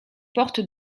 porte